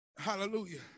hallelujah